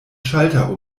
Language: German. schalter